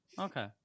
okay